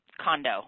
condo